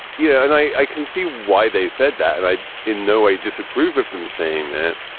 yeah, and i can see why they said that. and i in no way disapprove of them saying that,